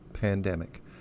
pandemic